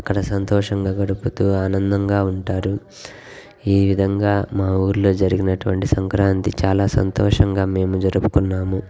అక్కడ సంతోషంగా గడుపుతూ ఆనందంగా ఉంటారు ఈ విధంగా మా ఊరిలో జరిగినటువంటి సంక్రాంతి చాలా సంతోషంగా మేము జరుపుకున్నాము